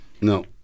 No